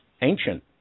ancient